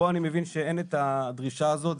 פה אני מבין שאין את הדרישה הזאת.